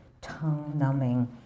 tongue-numbing